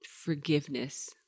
forgiveness